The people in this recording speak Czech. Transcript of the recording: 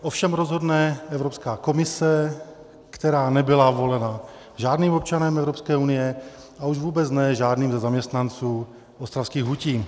O všem rozhodne Evropská komise, která nebyla volena žádným občanem Evropské unie, a už vůbec ne žádným ze zaměstnanců ostravských hutí.